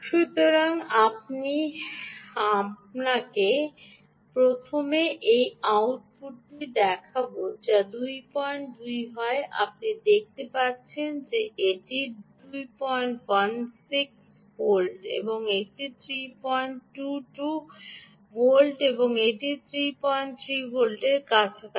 সুতরাং আমি আপনাকে প্রথম এই আউটপুটটি দেখাব যা 22 হয় আপনি দেখতে পাচ্ছেন যে এটির 216 ভোল্ট এবং এটি 322 ভোল্ট এটি 33 ভোল্টের কাছাকাছি